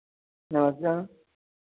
नमस्ते मैम